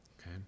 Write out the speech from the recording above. Okay